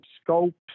scopes